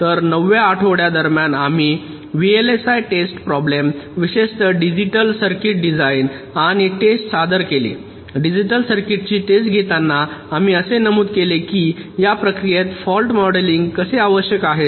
तर 9 व्या आठोवड्या दरम्यान आम्ही व्हीएलएसआय टेस्ट प्रॉब्लेम विशेषतः डिजिटल सर्किट डिझाइन आणि टेस्ट सादर केली डिजिटल सर्किट्सची टेस्ट घेताना आम्ही असे नमूद केले की या प्रक्रियेत फॉल्ट मॉडेलिंग कसे आवश्यक आहे